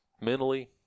mentally